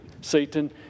Satan